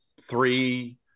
three